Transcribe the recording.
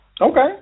okay